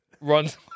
runs